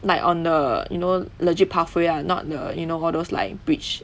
like on the you know legit pathway uh not the you know all those like bridge